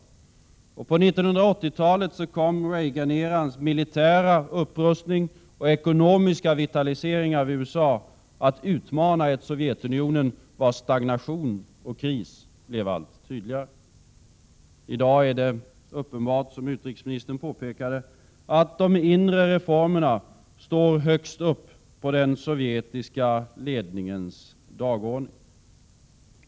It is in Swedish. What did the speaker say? På 1980-talet kom Reagan-erans militära upprustning och ekonomiska vitalisering av USA att utmana ett Sovjetunionen vars stagnation och kris blev allt tydligare. I dag är det uppenbart, som utrikesministern påpekade, att de inre reformerna står högst upp på de sovjetiska ledarnas dagordning.